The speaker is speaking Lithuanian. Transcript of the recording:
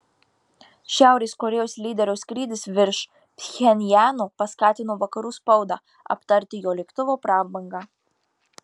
šiaurės korėjos lyderio skrydis virš pchenjano paskatino vakarų spaudą aptarti jo lėktuvo prabangą